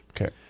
Okay